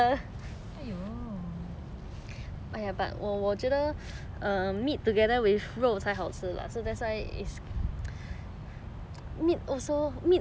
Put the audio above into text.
aiyo